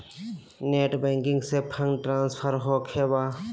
Net banking से fund transfer होखें बा?